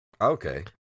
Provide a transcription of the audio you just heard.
okay